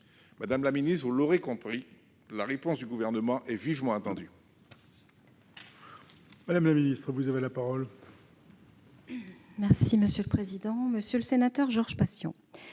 de santé. Vous l'aurez compris : la réponse du Gouvernement est vivement attendue